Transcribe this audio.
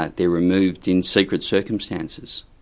they're removed in secret circumstances.